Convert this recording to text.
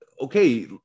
okay